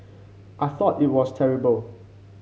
I thought it was terrible